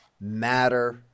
matter